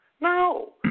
No